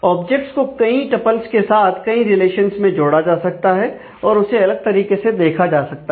objects को कहीं tuples के साथ कई रिलेशंस में जोड़ा जा सकता है और उसे अलग तरीके से देखा जा सकता है